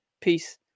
peace